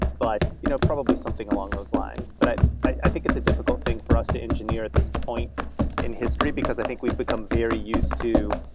but you know probably something along those lines. but i think it's a difficult thing for us to engineer at this point in history, because i think we've become very used to,